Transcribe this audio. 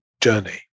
journey